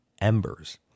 Embers